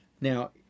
Now